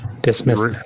Dismissed